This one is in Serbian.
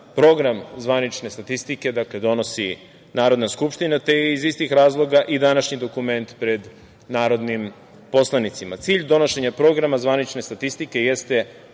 Program zvanične statistike donosi Narodna skupština te je iz istih razloga i današnji dokument pred narodnim poslanicima. Cilj donošenja Programa zvanične statistike jeste